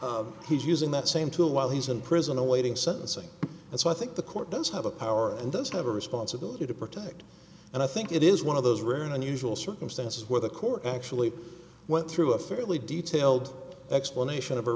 images he's using that same tool while he's in prison awaiting sentencing and so i think the court does have a power and does have a responsibility to protect and i think it is one of those rare and unusual circumstances where the court actually went through a fairly detailed explanation of